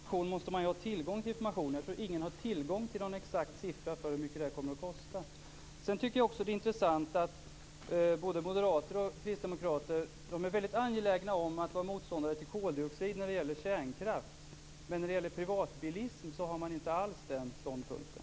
Fru talman! För att undanhålla information måste man ju ha tillgång till information. Ingen har ju tillgång till någon exakt siffra för hur mycket detta kommer att kosta. Det är intressant att både moderater och kristdemokrater är väldigt angelägna om att vara motståndare till koldioxid i frågan om kärnkraft, men när det gäller privatbilism har man inte alls den ståndpunkten.